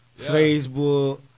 Facebook